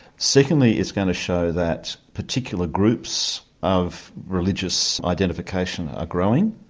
secondly it's going to show that particular groups of religious identification are growing,